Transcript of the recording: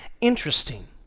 interesting